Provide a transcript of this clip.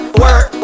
work